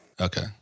Okay